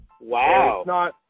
Wow